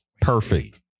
perfect